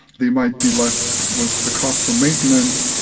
they might be left with the cost for maintenance,